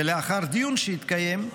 ולאחר שיתקיים דיון,